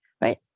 right